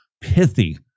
pithy